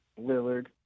Lillard